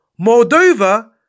Moldova